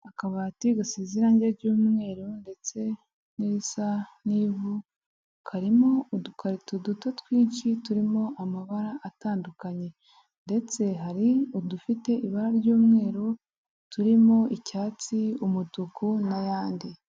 Akabati gasize irangi ry'umweru ndetse n'irisa n'ivu, karimo udukarito duto twinshi turimo amabara atandukanye ndetse hari udufite ibara ry'umweru turimo icyatsi, umutuku n'ayandi.